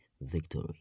victory